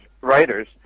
writers